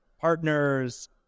partners